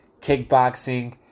kickboxing